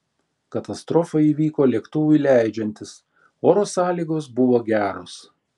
katastrofa įvyko lėktuvui leidžiantis oro sąlygos buvo geros